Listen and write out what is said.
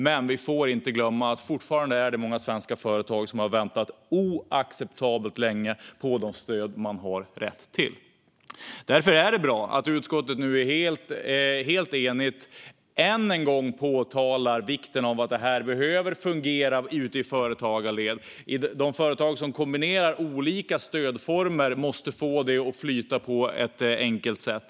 Men vi får inte glömma att det fortfarande finns många svenska företag som har väntat oacceptabelt länge på de stöd de har rätt till. Därför är det bra att utskottet nu är helt enigt och än en gång framhåller vikten av att det här behöver fungera ute i företagarled. De företag som kombinerar olika stödformer måste få det att flyta på ett enkelt sätt.